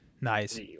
nice